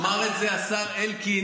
אמר את זה השר אלקין,